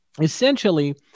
essentially